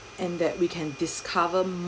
and that we can discover